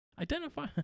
identify